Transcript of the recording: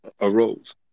arose